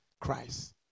Christ